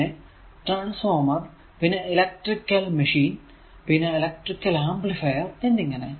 പിന്നെ ട്രാൻസ്ഫോർമർ പിന്നെ electrical machine പിന്നെ ഇലെക്ട്രിക്കൽ ആംപ്ലിഫൈർ എന്നിങ്ങനെ